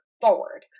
forward